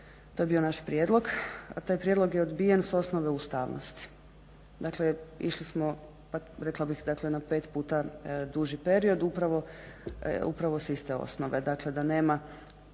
to je bio naš prijedlog a taj prijedlog je odbijen s osnove ustavnosti. Dakle, išli smo rekla bih dakle na pet puta duži period, upravo s iste osnove. Dakle, da nema